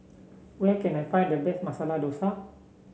where can I find the best Masala Dosa